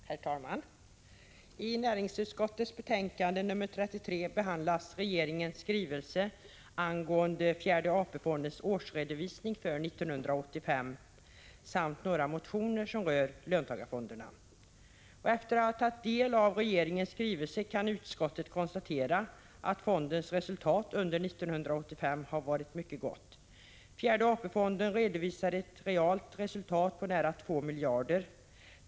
Herr talman! I näringsutskottets betänkande nr 33 behandlas regeringens skrivelse angående fjärde AP-fondens årsredovisning för 1985 samt några motioner som rör löntagarfonderna. Efter att ha tagit del av regeringens skrivelse kan utskottet konstatera att fondens resultat under 1985 har varit mycket gott. Fjärde AP-fonden redovisade ett realt resultat på nära 2 miljarder kronor.